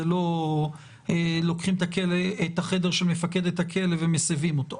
לא לוקחים את החדר של מפקדת הכלא ומסבים אותו.